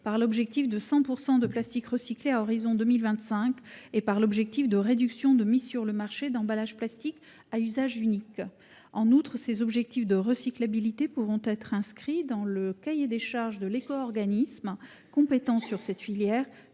par l'objectif de 100 % de plastiques recyclés à horizon de 2025 et par l'objectif de réduction de mise sur le marché d'emballages plastiques à usage unique. En outre, ces objectifs de recyclabilité pourront être inscrits dans le cahier des charges de l'éco-organisme compétent sur cette filière,